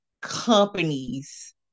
companies